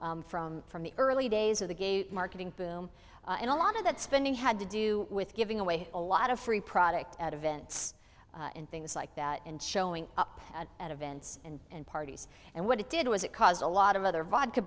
community from from the early days of the gate marketing boom and a lot of that spending had to do with giving away a lot of free product at events and things like that and showing up at events and parties and what it did was it caused a lot of other vodka